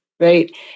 right